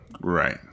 Right